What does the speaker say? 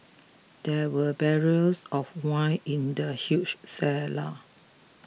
there were barrels of wine in the huge cellar